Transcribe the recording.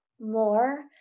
more